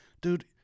dude